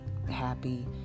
happy